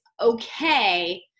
okay